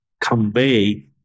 convey